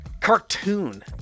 cartoon